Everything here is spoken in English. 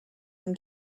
from